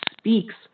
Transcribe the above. speaks